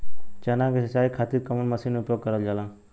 चना के सिंचाई खाती कवन मसीन उपयोग करल जाला?